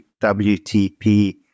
WTP